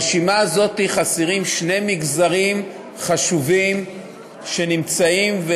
ברשימה הזאת חסרים שני מגזרים חשובים שנמצאים במדינה,